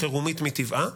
הינני מתכבד להודיעכם,